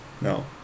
No